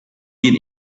been